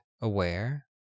aware